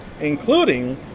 including